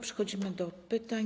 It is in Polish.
Przechodzimy do pytań.